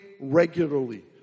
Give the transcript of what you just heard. regularly